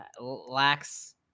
lacks